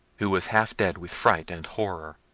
who was half dead with fright and horror.